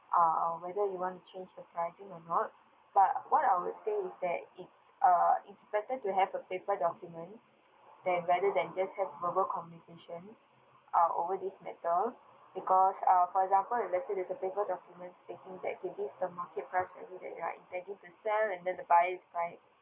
uh uh whether you want to change the pricing or not but what I will say is that it's uh it's better to have a paper document than rather than just have verbal communications uh over this matter because uh for example if let's say there's a paper document stating that it is the market price right taking to sell and then the buyers might